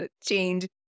change